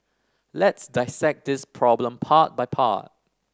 let's dissect this problem part by part